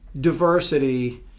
diversity